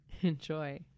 Enjoy